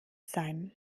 sein